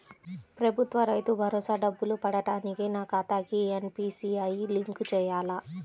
ప్రభుత్వ రైతు భరోసా డబ్బులు పడటానికి నా ఖాతాకి ఎన్.పీ.సి.ఐ లింక్ చేయాలా?